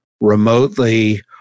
remotely